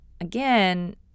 again